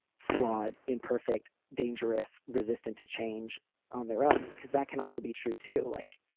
flawed, imperfect, dangerous, resistant to change on their own. because that can also be true, too. like,